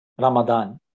Ramadan